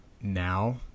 now